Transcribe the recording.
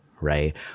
Right